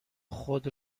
خود